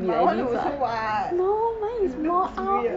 my [one] also [what] looks weird